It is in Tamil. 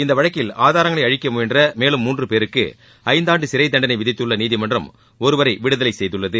இந்த வழக்கில் ஆதாரங்களை அழிக்க முயன்ற மேலும் மூன்று பேருக்கு ஐந்து ஆண்டு சிறை தண்டனை விதித்துள்ள நீதிமன்றம் ஒருவரை விடுதலை செய்துள்ளது